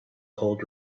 hold